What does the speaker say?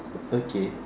okay